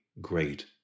great